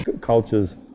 cultures